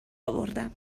اوردم